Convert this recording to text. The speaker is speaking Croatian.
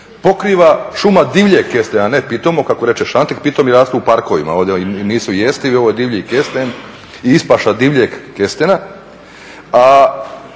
pokriva šuma divljeg kestena, a ne pitomog kako reče Šantek, pitomi rastu u parkovima i nisu jestivi, ovo je divlji kesten i ispaša divlje kestena.